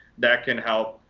that can help.